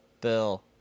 Bill